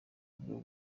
rwo